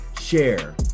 share